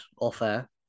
off-air